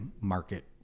market